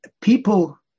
People